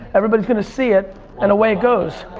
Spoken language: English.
everybody's gonna see it and away it goes.